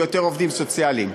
ויותר עובדים סוציאליים.